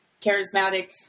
charismatic